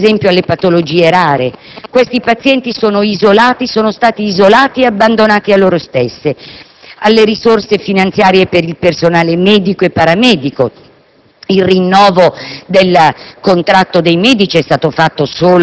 Voglio citare alcune patologie. Si pensi, ad esempio, alle patologie rare (i pazienti che sono affetti sono stati isolati e abbandonati a loro stessi) o alle risorse finanziarie per il personale medico e paramedico